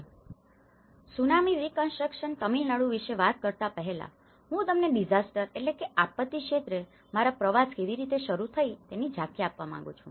આ tsunami reconstruction Tamil Nadu વિશે વાત કરતા પહેલા હું તમને ડીઝાસ્ટરdisaster આપત્તિ ક્ષેત્રે મારી જર્નીjourney પ્રવાસ કેવી રીતે શરૂ થયી તેની ઝાંખી આપવા માંગું છું